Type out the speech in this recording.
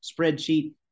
spreadsheet